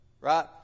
right